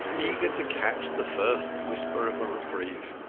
eager to catch the first whisper of a reprieve.